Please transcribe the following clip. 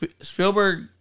Spielberg